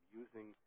using